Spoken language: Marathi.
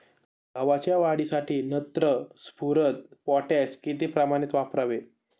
गव्हाच्या वाढीसाठी नत्र, स्फुरद, पोटॅश किती प्रमाणात वापरावे?